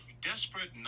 Desperate